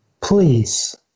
Please